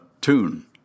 tune